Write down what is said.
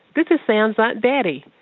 this is sam's aunt betty.